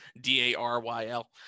D-A-R-Y-L